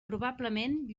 probablement